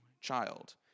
child